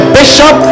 bishop